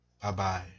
Bye-bye